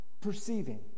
perceiving